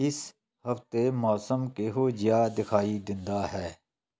ਇਸ ਹਫ਼ਤੇ ਮੌਸਮ ਕਿਹੋ ਜਿਹਾ ਦਿਖਾਈ ਦਿੰਦਾ ਹੈ